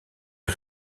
est